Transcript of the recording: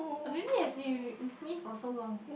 maybe has been with me for so long